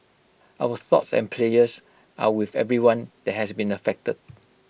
our thoughts and prayers are with everyone that has been affected